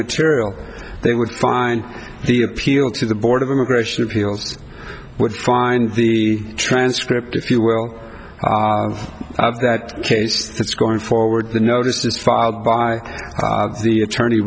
material they would find the appeal to the board of immigration appeals would find the transcript if you will that case that's going forward the notice is filed by the attorney